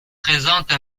présente